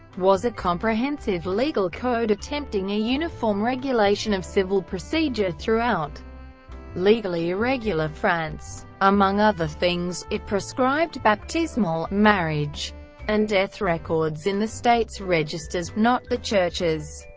was a comprehensive legal code attempting a uniform regulation of civil procedure throughout legally irregular france. among other things, it prescribed baptismal, marriage and death records in the state's registers, not the church's,